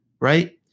right